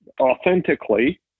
authentically